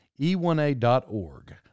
e1a.org